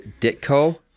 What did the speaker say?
Ditko